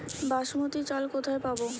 বাসমতী চাল কোথায় পাবো?